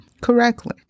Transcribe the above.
correctly